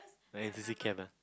N_C_C camp ah